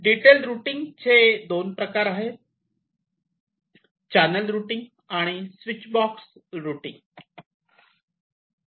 detail routing चे दोन प्रकार आहेत चॅनल रुटींग आणि स्विच बॉक्स रुटींग